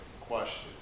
question